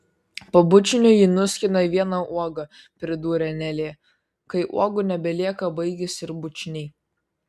po bučinio ji nuskina vieną uogą pridūrė nelė kai uogų nebelieka baigiasi ir bučiniai